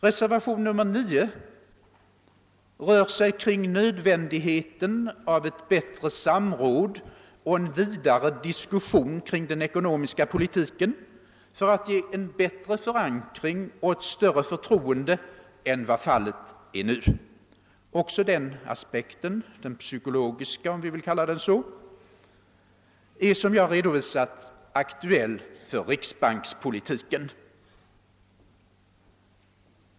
Reservationen 9 för ett resonemang kring nödvändigheten av ett bättre samråd och en vidare diskussion kring den ekonomiska politiken för att ge en bättre förankring och ett större förtroende än vad fallet är nu. Den aspekten — den psykologiska om vi vill kalla den så — är, som jag redovisat, aktuell också för riksbankspolitiken.